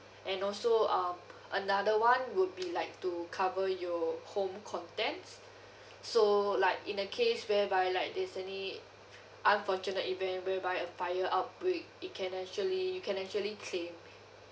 and also um another [one] would be like to cover your home contents so like in the case whereby like there's any unfortunate event whereby a fire outbreak you can actually you can actually claim